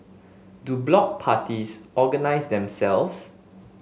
do block parties organise themselves